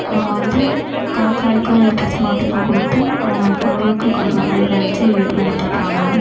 அவங்க வந்து காக்காய்க்கோ இல்லை பசுமாட்டுக்கோ கொடுத்து அவங்க கடவுளுக்கு கொடுக்குற மாதிரி நினச்சி வழிபடுறாங்க